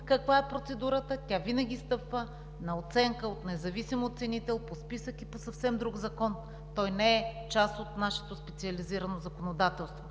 каква е процедурата, тя винаги стъпва на оценка от независим оценител по списъците на съвсем друг закон. Той не е част от нашето специализирано законодателство.